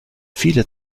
viele